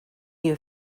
you